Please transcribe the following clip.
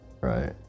right